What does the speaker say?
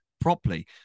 properly